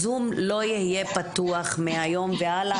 הזום לא יהיה פתוח מהיום והלאה,